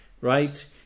right